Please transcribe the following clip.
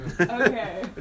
Okay